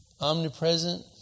omnipresent